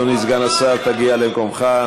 תודה.